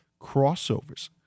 crossovers